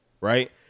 Right